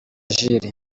jules